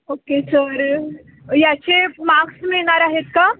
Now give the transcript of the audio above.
okay sir याचे marks मिळणार आहेत का